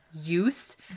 use